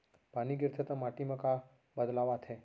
पानी गिरथे ता माटी मा का बदलाव आथे?